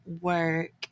work